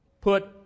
put